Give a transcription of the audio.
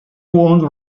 won